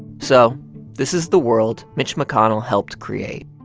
so this is the world mitch mcconnell helped create.